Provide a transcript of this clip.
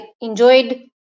enjoyed